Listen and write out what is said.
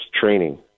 training